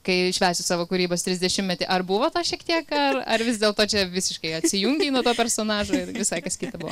kai švęsiu savo kūrybos trisdešimtmetį ar buvo to šiek tiek ar ar vis dėlto čia visiškai atsijungei nuo to personažo ir visai kas kita buvo